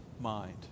mind